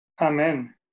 Amen